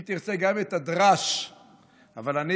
טוב,